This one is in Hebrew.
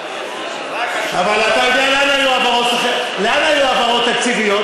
רק עכשיו, אבל אתה יודע, לאן היו העברות תקציביות?